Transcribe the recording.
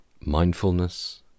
mindfulness